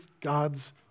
God's